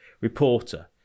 reporter